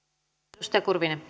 arvoisa